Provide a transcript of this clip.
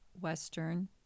Western